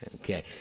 Okay